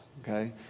Okay